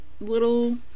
little